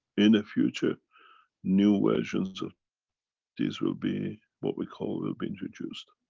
in the future new versions of these will be, what we call, will be introduced.